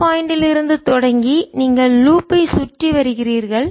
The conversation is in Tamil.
இந்த பாயிண்ட் ல் இருந்து தொடங்கி நீங்கள் லூப் வளையம் ஐ சுற்றி வருகிறீர்கள்